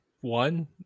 one